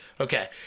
Okay